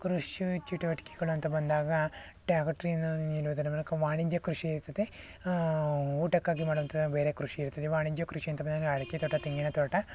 ಕೃಷಿ ಚಟುವಟಿಕೆಗಳು ಅಂತ ಬಂದಾಗ ನೀಡುವುದರ ಮೂಲಕ ವಾಣಿಜ್ಯ ಕೃಷಿಯ ಜೊತೆ ಊಟಕ್ಕಾಗಿ ಮಾಡುವಂತಹ ಬೇರೆ ಕೃಷಿ ಇರ್ತದೆ ವಾಣಿಜ್ಯ ಕೃಷಿ ಅಂತ ಬಂದಾಗ ಅಡಿಕೆ ತೋಟ ತೆಂಗಿನ ತೋಟ